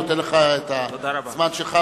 אני נותן לך את הזמן שלך.